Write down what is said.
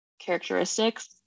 characteristics